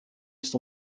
ist